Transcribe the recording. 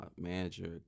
manager